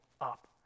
up